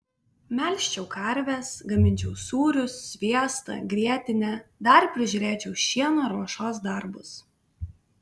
melžčiau karves gaminčiau sūrius sviestą grietinę dar prižiūrėčiau šieno ruošos darbus